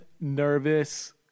nervous